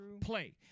play